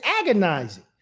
agonizing